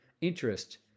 interest